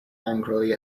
angrily